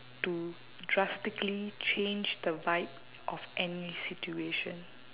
to drastically change the vibe of any situation